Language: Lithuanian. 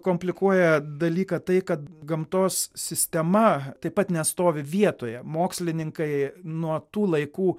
komplikuoja dalyką tai kad gamtos sistema taip pat nestovi vietoje mokslininkai nuo tų laikų